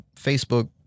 Facebook